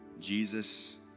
Jesus